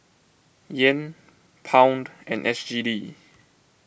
Yen Pound and S G D